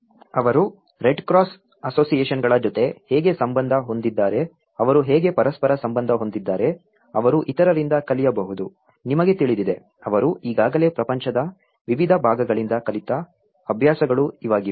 ಅವರು red cross ಅಸೋಸಿಯೇಷನ್ಗಳ ಜೊತೆ ಹೇಗೆ ಸಂಬಂಧ ಹೊಂದಿದ್ದಾರೆ ಅವರು ಹೇಗೆ ಪರಸ್ಪರ ಸಂಬಂಧ ಹೊಂದಿದ್ದಾರೆ ಅವರು ಇತರರಿಂದ ಕಲಿಯಬಹುದು ನಿಮಗೆ ತಿಳಿದಿದೆ ಅವರು ಈಗಾಗಲೇ ಪ್ರಪಂಚದ ವಿವಿಧ ಭಾಗಗಳಿಂದ ಕಲಿತ ಅಭ್ಯಾಸಗಳು ಇವಾಗಿವೆ